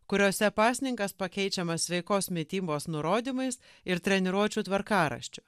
kuriose pasninkas pakeičiamas sveikos mitybos nurodymais ir treniruočių tvarkaraščiu